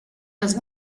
las